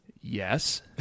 yes